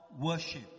worship